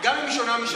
גם אם היא שונה משלי.